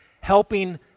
helping